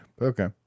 okay